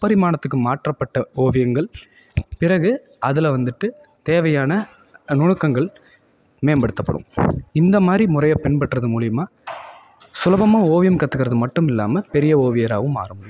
முப்பரிமாணத்துக்கு மாற்றப்பட்ட ஓவியங்கள் பிறகு அதில் வந்துவிட்டு தேவையான நுணுக்கங்கள் மேம்படுத்தப்படும் இந்தமாதிரி முறையை பின்பற்றது மூலியமாக சுலபமாக ஓவியம் கற்றுக்கறது மட்டும் இல்லாம பெரிய ஓவியராகவும் மாற முடியும்